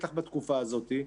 בטח בתקופה הזאת,